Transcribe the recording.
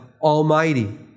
Almighty